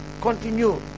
continue